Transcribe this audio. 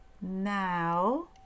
now